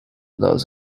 those